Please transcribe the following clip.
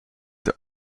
the